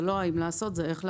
זה לא אם לעשות, אלא איך לעשות.